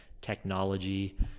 technology